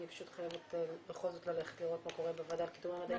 אני פשוט חייבת לראות מה קורה בוועדה לקידום מעמד האישה.